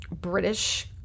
British